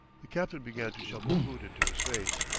the captain began to shovel food into his face.